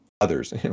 others